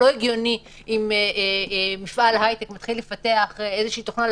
לא הגיוני אם מפעל הייטק מתחיל לפתח איזה שהיא תוכנה,